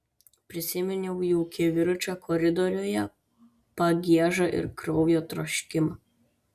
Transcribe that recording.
prisiminiau jų kivirčą koridoriuje pagiežą ir kraujo troškimą